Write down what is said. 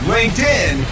LinkedIn